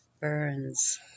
Burns